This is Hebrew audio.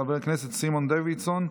חבר הכנסת סימון דוידסון,